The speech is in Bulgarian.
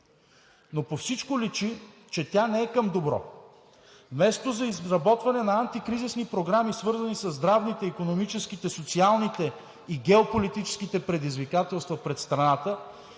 но по всичко личи, че тя не е към добро. Вместо за изработване на антикризисни програми, свързани със здравните, икономическите, социалните и геополитическите предизвикателства пред страната,